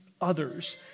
others